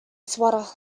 swatter